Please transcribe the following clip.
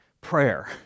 prayer